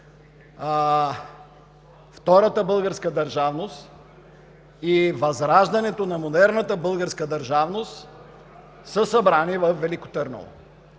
Втората българска държавност и възраждането на модерната българска държавност са събрани във Велико Търново.